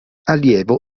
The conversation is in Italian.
allievo